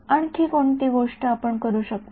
आणखी कोणती गोष्ट आपण करू शकतो